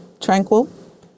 tranquil